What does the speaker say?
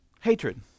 hatred